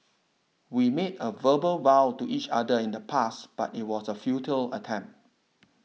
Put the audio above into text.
we made a verbal vow to each other in the past but it was a futile attempt